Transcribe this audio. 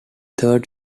third